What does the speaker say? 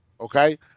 okay